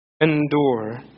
endure